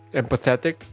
empathetic